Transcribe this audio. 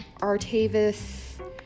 Artavis